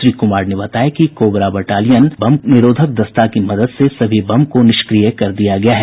श्री कुमार ने बताया कि कोबरा बटालियन बम निरोधक दस्ता की मदद से सभी बम को निष्क्रिय कर दिया गया है